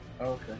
Okay